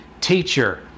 teacher